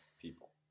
people